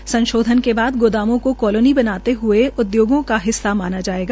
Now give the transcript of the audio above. इस संशोधन के बाद गोदामों को कोलानी बनाते समय उद्योगों के हिस्सा माना जायेग